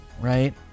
right